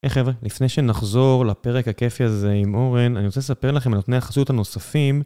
היי חברה, לפני שנחזור לפרק הכיפי הזה עם אורן, אני רוצה לספר לכם על נותני החסות הנוספים